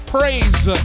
Praise